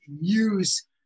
use